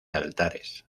altares